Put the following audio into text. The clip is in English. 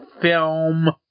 film